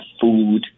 food